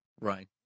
Right